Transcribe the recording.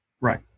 Right